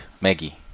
Maggie